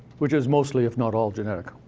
which is mostly, if not all, genetic?